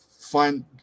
find